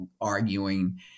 arguing